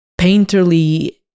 painterly